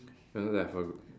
you know they have a